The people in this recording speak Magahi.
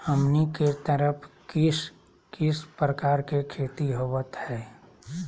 हमनी के तरफ किस किस प्रकार के खेती होवत है?